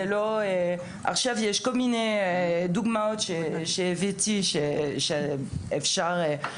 יש כל מיני דוגמאות שהבאתי שאפשר,